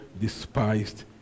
despised